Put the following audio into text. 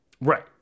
right